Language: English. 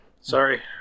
Sorry